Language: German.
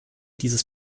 dieses